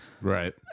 Right